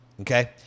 okay